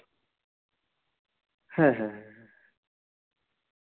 ᱦᱮᱸ ᱦᱮᱸ ᱦᱮᱸ ᱦᱮᱸ